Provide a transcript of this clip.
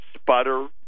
sputter